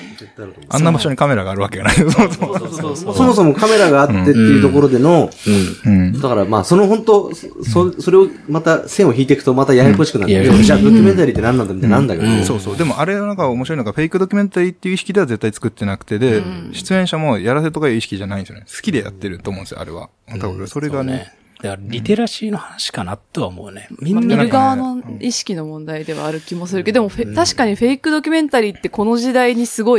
あんな場所にカメラがあるわけがない。 そうそうそうそう。そもそも。そもそもカメラがあってっていうところでの、 うん。うん。 うん。だからまあその本当、そ- そ-うん。それをまた線を引いていくとまたややこしくなる。うん。じゃあドキュメンタリーって何なんだってなんだけど。 うん。うん。 そうそう。でもあれはなんか面白いのがフェイクドキュメンタリーっていう意識では絶対作ってなくて、で、うん。出演者もやらせとかいう意識じゃないんですよね。好きでやってると思うんですよ、あれは。だからそれがね。うん。うん、そうね。いや、リテラシーの話かなとは思うね。まあ、見てなんかね。見る側の意識の問題ではある気もするけど、うん。でもフェ-うん。確かにフェイクドキュメンタリーってこの時代にすごい